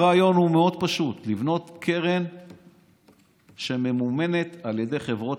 הרעיון הוא מאוד פשוט: לבנות קרן שממומנת על ידי חברות